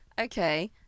okay